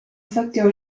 facteur